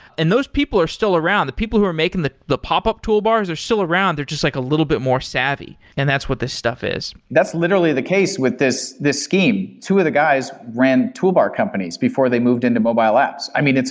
and those people are still around. the people who are making the the pop-up toolbars are still around. they're just like a little bit more savvy, and that's what this stuff is. that's literally the case with this this scheme. two of the guys ran toolbar companies before they moved into mobile apps. i mean,